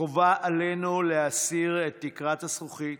חובה עלינו להסיר את תקרת הזכוכית